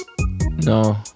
No